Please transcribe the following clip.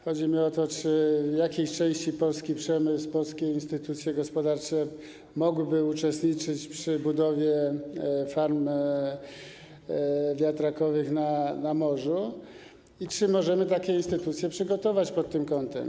Chodzi mi o to, czy w jakiejś części polski przemysł, polskie instytucje gospodarcze mogłyby uczestniczyć przy budowie farm wiatrowych na morzu i czy możemy takie instytucje przygotować pod tym kątem.